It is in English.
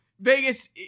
Vegas